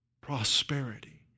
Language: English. prosperity